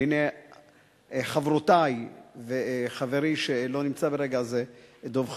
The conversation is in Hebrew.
והנה חברותי, וחברי שלא נמצא ברגע זה, דב חנין,